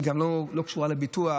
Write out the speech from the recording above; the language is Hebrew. היא גם לא קשורה לביטוח.